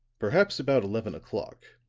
perhaps about eleven o'clock.